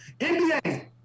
NBA